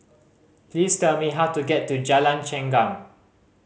please tell me how to get to Jalan Chengam